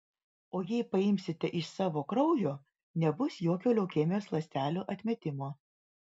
o jei paimsite iš savo kraujo nebus jokio leukemijos ląstelių atmetimo